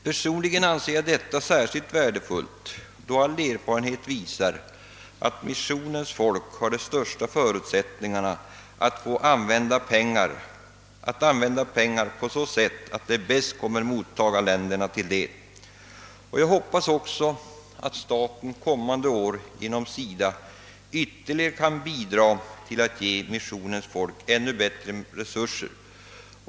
Personligen anser jag detta särskilt värdefullt då all erfarenhet visar att missionens folk har de största förutsättningarna att använda pengarna så att de bäst kommer mottagarländerna till del, och jag hoppas också att staten under kommande år genom SIDA kan bidra till att ge missionens folk ännu bättre resurser.